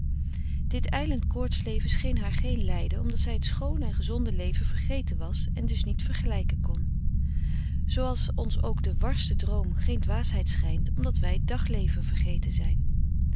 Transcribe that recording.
dit ijlend koortsleven scheen haar geen lijden omdat zij het schoone en gezonde leven vergeten was en dus niet vergelijken kon zooals ons ook de warste droom geen dwaasheid schijnt omdat wij t dagleven vergeten zijn